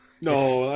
No